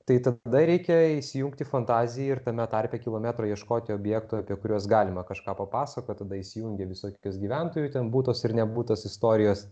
tai tada reikia įsijungti fantaziją ir tame tarpe kilometrą ieškoti objektų apie kuriuos galima kažką papasakoti tada įsijungia visokius gyventojų ten būtos ir nebūtos istorijos